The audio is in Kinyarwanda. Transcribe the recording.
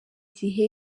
gihe